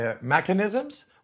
mechanisms